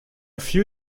few